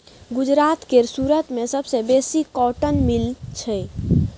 गुजरात केर सुरत मे सबसँ बेसी कॉटन मिल छै